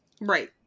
Right